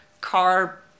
car